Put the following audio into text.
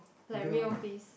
like real please